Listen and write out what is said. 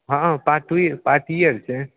हँ पातुए पार्टिए आओर छै